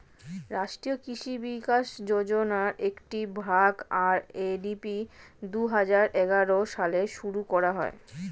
রাষ্ট্রীয় কৃষি বিকাশ যোজনার একটি ভাগ, আর.এ.ডি.পি দুহাজার এগারো সালে শুরু করা হয়